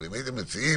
אבל אם הייתם מציעים